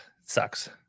sucks